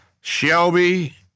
Shelby